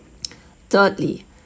Thirdly